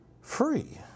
free